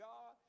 God